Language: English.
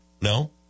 No